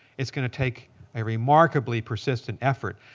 it's going to take a remarkably persistent effort.